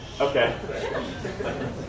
Okay